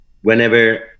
Whenever